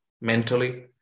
mentally